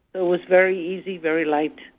it was very easy, very light.